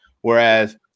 Whereas